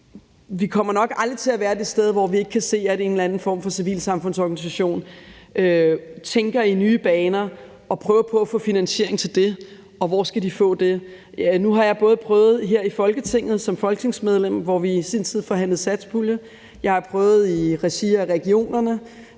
kommer vi nok aldrig til at være et sted, hvor vi ikke vil se, at en eller anden form for civilsamfundsorganisation tænker i nye baner og prøver på at få finansiering til deres arbejde. Og hvor skal de få den fra? Ja, nu har jeg både prøvet det her i Folketinget som folketingsmedlem, hvor vi i sin tid forhandlede satspulje, og i regi af regionerne,